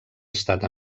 estat